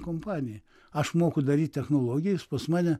kompanija aš moku daryt technologijos pas mane